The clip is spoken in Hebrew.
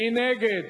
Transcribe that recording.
מי נגד?